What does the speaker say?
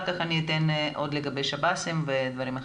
כך אני אתן עוד לגבי שב"ס ודברים אחרים.